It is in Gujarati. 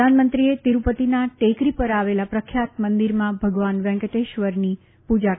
પ્રધાનમંત્રીએ તિરૂપતિના ટેકરી પર આવેલા પ્રખ્યાત મંદિરમાં ભગવાન વેંકટેશ્વરની પૂજા કરી હતી